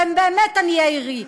והם באמת עניי עירי,